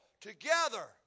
together